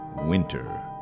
Winter